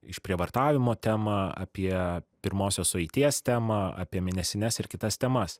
išprievartavimo temą apie pirmosios sueities temą apie mėnesines ir kitas temas